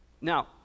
Now